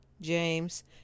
james